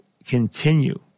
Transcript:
Continue